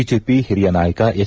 BJP ಹಿರಿಯ ನಾಯಕ S